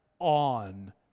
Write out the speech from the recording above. on